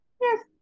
Yes